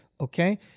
okay